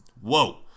Whoa